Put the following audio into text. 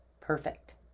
perfect